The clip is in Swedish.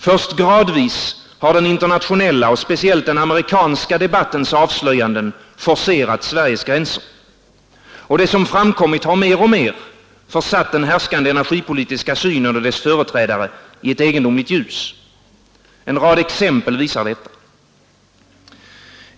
Först gradvis har den internationella och speciellt den amerikanska debattens avslöjanden forcerat Sveriges gränser. Och det som framkommit har mer och mer försatt den härskande energipolitiska synen och dess företrädare i ett egendomligt ljus. En rad exempel visar detta.